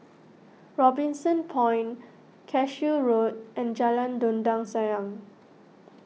Robinson Point Cashew Road and Jalan Dondang Sayang